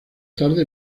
tarde